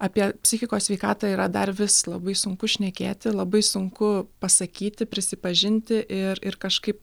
apie psichikos sveikatą yra dar vis labai sunku šnekėti labai sunku pasakyti prisipažinti ir ir kažkaip